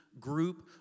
group